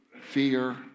fear